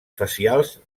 facials